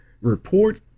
report